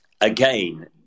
again